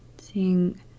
seeing